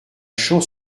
champ